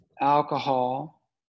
alcohol